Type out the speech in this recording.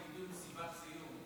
מסיבת סיום,